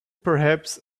perhaps